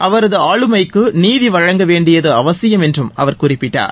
அவரது ஆளுமைக்கு நீதிவழங்க வேண்டியது அவசியம் என்றும் அவர் குறிப்பிட்டார்